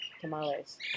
tamales